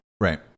Right